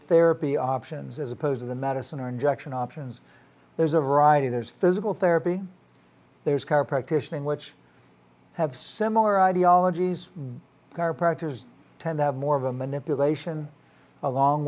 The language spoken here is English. therapy options as opposed to the medicine or injection options there's a variety there's physical therapy there's car practitioner in which have similar ideologies are predators tend to have more of a manipulation along